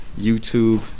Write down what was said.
YouTube